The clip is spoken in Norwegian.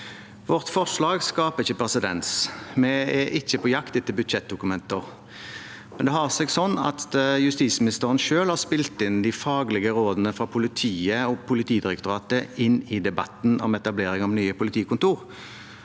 Vårt forslag skaper ikke presedens. Vi er ikke på jakt etter budsjettdokumenter. Det har seg slik at justisministeren selv har spilt inn de faglige rådene fra politiet og Politidirektoratet i debatten om etablering av nye politikontor.